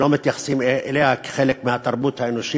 שלא מתייחסים אליה כחלק מהתרבות האנושית,